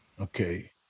Okay